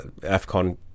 afcon